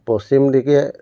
পশ্চিম দিশে